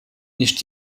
nicht